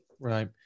Right